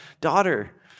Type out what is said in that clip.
daughter